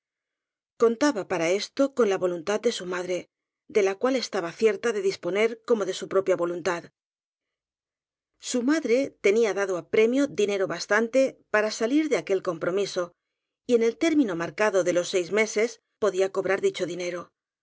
contaba para esto con la voluntad de su madre de la cual estaba cierta de disponer como de su propia voluntad su ma dre tenía dado á premio dinero bastante para salir de aquel compromiso y en el término marcado de los seis meses podía cobrar dicho dinero